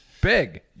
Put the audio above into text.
big